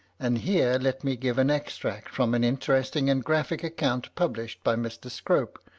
and here let me give an extract from an interesting and graphic account, published by mr. scrope,